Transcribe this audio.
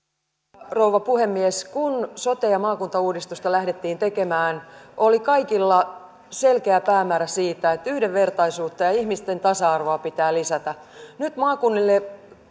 arvoisa rouva puhemies kun sote ja maakuntauudistusta lähdettiin tekemään oli kaikilla selkeä päämäärä siitä että yhdenvertaisuutta ja ja ihmisten tasa arvoa pitää lisätä nyt maakunnille